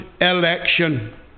election